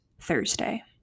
Thursday